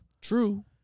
true